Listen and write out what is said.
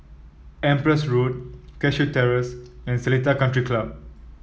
Empress Road Cashew Terrace and Seletar Country Club